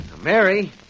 Mary